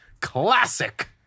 classic